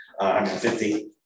150